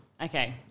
okay